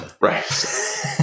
Right